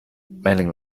mailing